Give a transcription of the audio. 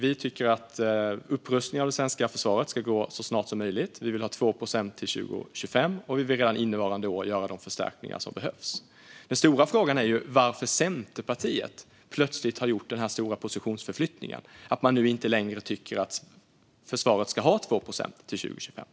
Vi tycker att upprustningen av det svenska försvaret ska ske så snart som möjligt. Vi vill ha 2 procent till 2025, och vi vill redan innevarande år göra de förstärkningar som behövs. Den stora frågan är varför Centerpartiet plötsligt har gjort en så stor positionsförflyttning och nu inte längre tycker att försvaret ska ha 2 procent till 2025.